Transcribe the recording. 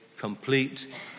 Complete